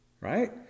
right